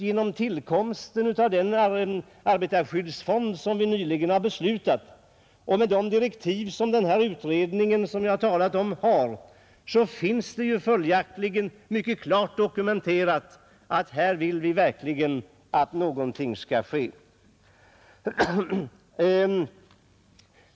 Genom tillkomsten av den arbetarskyddsfond som vi nyligen har fattat beslut om och genom de direktiv som arbetsmiljöutredningen har fått finns det mycket klart dokumenterat att vi verkligen vill att någonting skall ske.